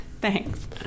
Thanks